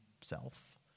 self